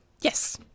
yes